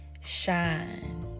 shine